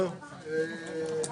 על הרגליים,